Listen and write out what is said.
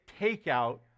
takeout